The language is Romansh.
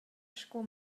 sco